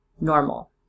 normal